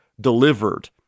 delivered